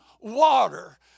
water